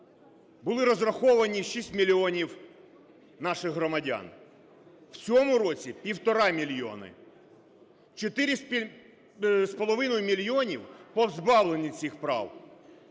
були розраховані 6 мільйонів наших громадян, в цьому році – 1,5 мільйона. 4,5 мільйона позбавлені цих прав.